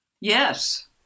Yes